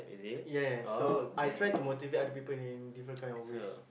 yes so I try to motivate other people in different kind of ways